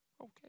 okay